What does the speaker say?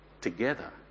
together